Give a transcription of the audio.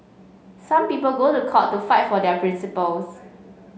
some people go to court to fight for their principles